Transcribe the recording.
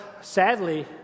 sadly